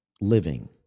living